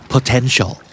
Potential